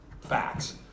facts